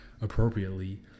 appropriately